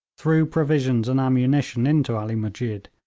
threw provisions and ammunition into ali musjid,